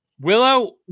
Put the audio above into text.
Willow